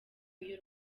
iyo